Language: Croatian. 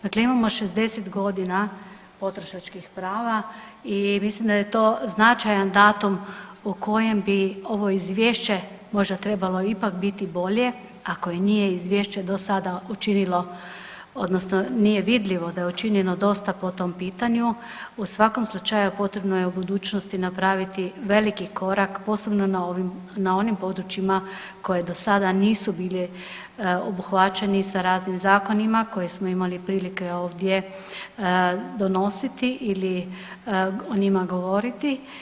Dakle imamo 60 godina potrošačkih prava i mislim da je to značajan datum u kojem bi ovo Izvješće možda trebalo ipak biti bolje, ako i nije Izvješće do sada učinilo, odnosno nije vidljivo da je učinjeno dosta po tom pitanju, u svakom slučaju, potrebno je u budućnosti napraviti veliki korak, posebno na onim područjima koje do sada nisu bili obuhvaćeni sa raznim zakonima, koji smo imali prilike ovdje donositi ili o njima govoriti.